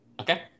Okay